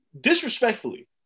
disrespectfully